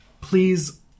Please